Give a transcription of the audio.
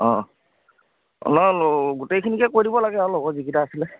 অঁ নহয় গোটেইখিনিকে কৈ দিব লাগে আৰু লগৰ যিকেইটা আছিলে